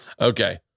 Okay